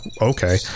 okay